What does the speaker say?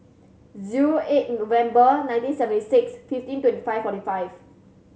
zero eight November nineteen seventy six fifteen twenty five forty five